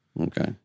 Okay